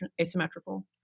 asymmetrical